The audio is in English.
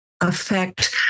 affect